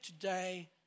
today